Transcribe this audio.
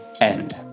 end